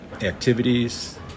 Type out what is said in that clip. activities